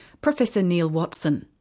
professor neil watson.